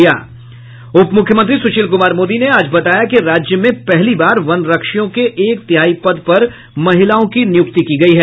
उप मुख्यमंत्री सुशील कुमार मोदी ने आज बताया कि राज्य में पहली बार वनरक्षियों के एक तिहाई पद पर महिलाओं की नियुक्ति की गई है